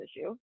issue